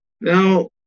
Now